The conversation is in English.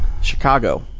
Chicago